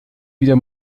wieder